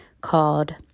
called